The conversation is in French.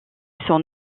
son